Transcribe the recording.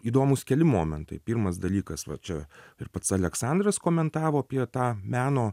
įdomūs keli momentai pirmas dalykas va čia ir pats aleksandras komentavo apie tą meno